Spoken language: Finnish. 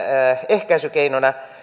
ehkäisykeinona